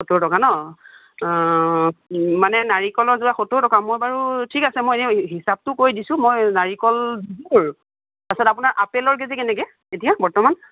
সত্তৰ টকা ন মানে নাৰিকলৰ যোৰা সত্তৰ টকা মই বাৰু ঠিক আছে মই এনেওঁ হিচাপটো কৰি দিছোঁ মই নাৰিকল দুযোৰ তাৰ পাছত আপোনাৰ আপেলৰ কেজি কেনেকৈ এতিয়া বৰ্তমান